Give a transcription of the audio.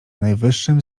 najwyższym